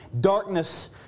darkness